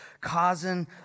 causing